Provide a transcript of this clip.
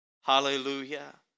Hallelujah